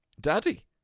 Daddy